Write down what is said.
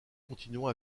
continuant